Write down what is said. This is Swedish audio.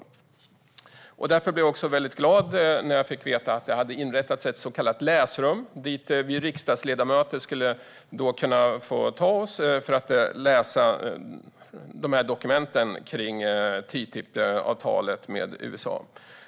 Jag blev därför också väldigt glad när jag fick veta att det hade inrättats ett så kallat läsrum dit vi riksdagsledamöter skulle kunna få ta oss för att läsa dokumenten om TTIP-avtalet med USA.